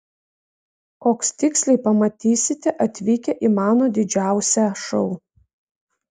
koks tiksliai pamatysite atvykę į mano didžiausią šou